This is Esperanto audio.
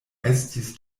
estis